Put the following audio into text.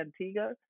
Antigua